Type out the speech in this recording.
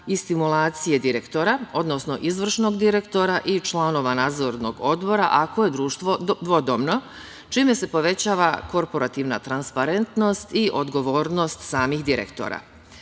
i stimulacije direktora, odnosno izvršnog direktora i članova nadzornog odbora ako je društvo dvodomno, čime se povećava korporativna transparentnost i odgovornost samih direktora. Dalje,